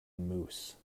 mousse